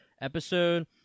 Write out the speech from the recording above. episode